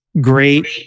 great